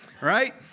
right